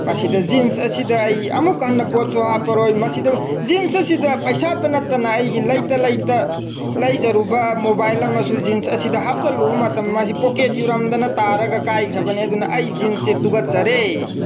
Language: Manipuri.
ꯃꯁꯤꯗ ꯖꯤꯟꯁ ꯑꯁꯤꯗ ꯑꯩ ꯑꯃꯨꯛ ꯍꯟꯅ ꯄꯣꯠꯁꯨ ꯍꯥꯞꯄꯔꯣꯏ ꯃꯁꯤꯗ ꯖꯤꯟꯁ ꯑꯁꯤꯗ ꯄꯩꯁꯥꯇ ꯅꯠꯇꯅ ꯑꯩꯒꯤ ꯂꯩꯇ ꯂꯩꯇ ꯂꯩꯖꯔꯨꯕ ꯃꯣꯕꯥꯏꯜ ꯑꯃꯁꯨ ꯖꯤꯟꯁ ꯑꯁꯤꯗ ꯍꯥꯞꯆꯤꯟꯂꯨꯕ ꯃꯇꯝꯗ ꯃꯁꯤ ꯄꯣꯀꯦꯠ ꯌꯨꯔꯝꯗꯅ ꯇꯥꯔꯒ ꯀꯥꯏꯈ꯭ꯔꯕꯅꯤ ꯑꯗꯨꯅ ꯑꯩ ꯖꯤꯟꯁꯁꯦ ꯇꯨꯀꯠꯆꯔꯦ